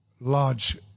large